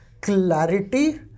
clarity